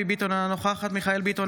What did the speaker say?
אינו נוכח אמיר אוחנה,